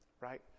right